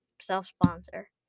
self-sponsor